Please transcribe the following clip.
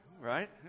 right